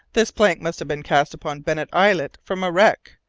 this plank must have been cast upon bennet islet from a wreck!